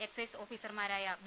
excise ഓഫീ സർമാരായ V